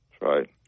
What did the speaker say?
right